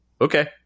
Okay